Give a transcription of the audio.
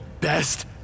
Best